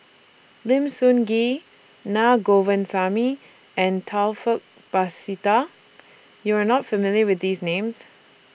Lim Sun Gee Naa Govindasamy and Taufik Batisah YOU Are not familiar with These Names